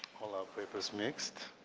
all our papers mixed.